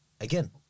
again